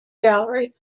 gallery